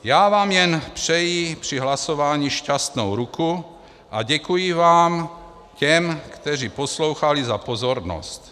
Já vám jen přeji při hlasování šťastnou ruku a děkuji vám těm, kteří poslouchali za pozornost.